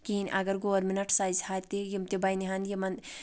کِہیٖنۍ اگر گورمِنٹ سَزِ ہا تہِ یِم تہِ بَنہِ ہن یِمن